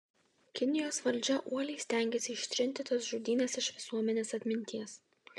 kinijos valdžia uoliai stengėsi ištrinti tas žudynes iš visuomenės atminties